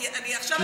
כי הובנתי לא נכון.